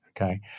okay